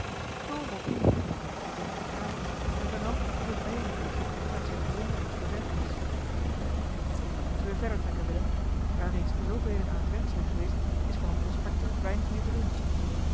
knol won inlichtingen in bij eenige gravers en vernam dat het bijriviertje tot aan zijne bron reeds bewerkt was dan moeten we verder trekken willem waar reeds zoovelen aan het werk zijn geweest is voor een prospector weinig meer te doen